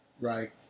right